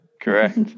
Correct